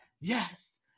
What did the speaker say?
yes